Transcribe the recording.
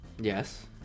yes